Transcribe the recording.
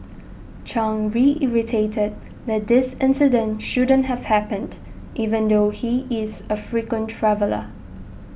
Chang reiterated that this incident shouldn't have happened even though he is a frequent traveller